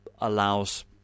allows